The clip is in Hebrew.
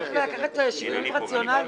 צריך לקחת שיקולים רציונליים.